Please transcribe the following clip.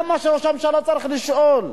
זה מה שראש ממשלה צריך לשאול.